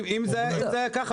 אם זה היה ככה,